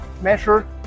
measure